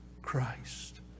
Christ